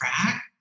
track